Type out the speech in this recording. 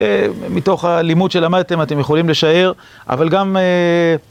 מתוך הלימוד שלמדתם, אתם יכולים לשער, אבל גם...